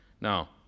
Now